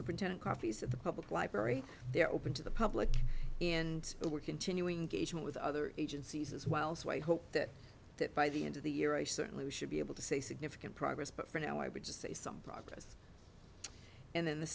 superintendent coffees at the public library they're open to the public and we're continuing gauging with other agencies as well so i hope that by the end of the year i certainly should be able to say significant progress but for now i would just say some progress and then the